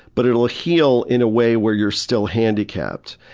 but it'll heal in a way where you're still handicapped.